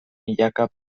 milaka